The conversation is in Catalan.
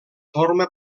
forma